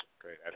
Great